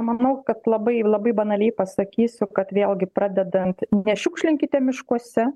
manau kad labai labai banaliai pasakysiu kad vėlgi pradedant nešiukšlinkite miškuose